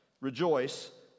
Rejoice